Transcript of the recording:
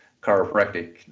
chiropractic